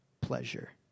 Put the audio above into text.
pleasure